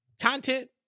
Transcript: content